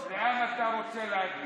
לאן אתה רוצה להגיע?